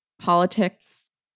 politics